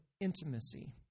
intimacy